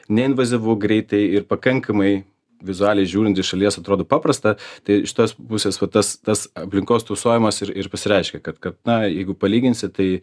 neinvazyvu greitai ir pakankamai vizualiai žiūrint iš šalies atrodo paprasta tai iš tos pusės va tas tas aplinkos tausojimas ir ir pasireiškia kad kad na jeigu palyginsi tai